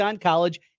College